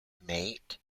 mate